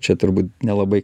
čia turbūt nelabai